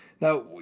now